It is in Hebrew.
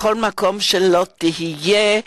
בכל מקום שלא תהיה,